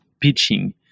pitching